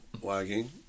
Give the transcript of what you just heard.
wagging